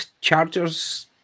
Chargers